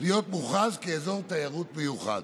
מוכרז כאזור תיירות מיוחד,